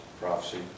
prophecy